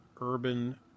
urban